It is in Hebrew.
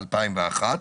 ב-2001,